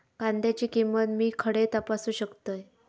कांद्याची किंमत मी खडे तपासू शकतय?